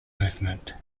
movement